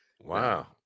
Wow